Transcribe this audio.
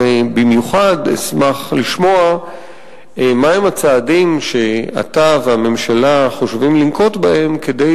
ובמיוחד אשמח לשמוע מהם הצעדים שאתה והממשלה חושבים לנקוט כדי